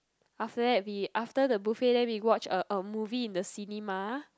after that we after the buffet then we watch a a movie in the cinema